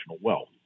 wealth